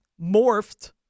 morphed